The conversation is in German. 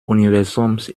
universums